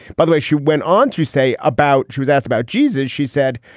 by the way, she went on to say about she was asked about jesus. she said,